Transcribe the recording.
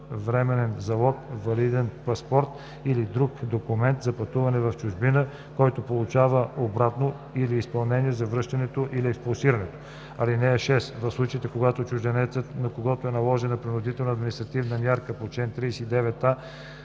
временен залог валиден паспорт или друг документ за пътуване в чужбина, който получава обратно при изпълнение на връщането или експулсирането. (6) В случаите, когато чужденецът, на когото е наложена принудителна административна мярка по чл. 39а,